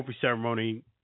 ceremony